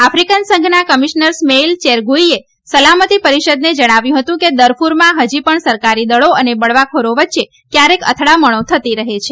African સંઘના commissioner Smail ચેરગુઇએ સલામતી પરિષદને જણાવ્યું હતું કે દરફરમાં હજી પણ સરકારી દળો અને બળવાખોરો વચ્ચે ક્યારેક અથડામણો થતી રહે છે